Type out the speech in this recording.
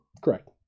Correct